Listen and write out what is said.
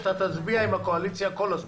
שאתה תצביע עם הקואליציה כל הזמן.